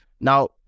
Now